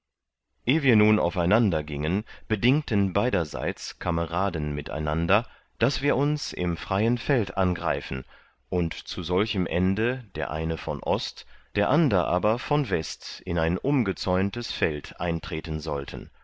eh wir nun auf einander giengen bedingten beiderseits kameraden miteinander daß wir uns im freien feld angreifen und zu solchem ende der eine von ost der ander aber von west in ein umgezäuntes feld eintretten sollten